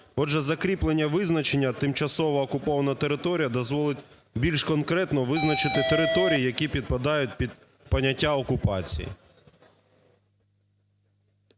Отже, закріплення визначення "тимчасово окупована територія" дозволить більш конкретно визначити території, які підпадають під поняття окупації.